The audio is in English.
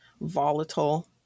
volatile